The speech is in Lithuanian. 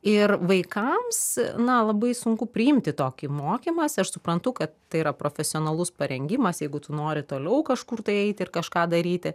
ir vaikams na labai sunku priimti tokį mokymąsi aš suprantu kad tai yra profesionalus parengimas jeigu tu nori toliau kažkur tai eiti ir kažką daryti